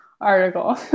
article